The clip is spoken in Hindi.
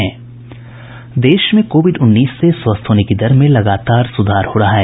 देश में कोविड उन्नीस से स्वस्थ होने की दर में लगातार सुधार हो रहा है